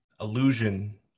illusion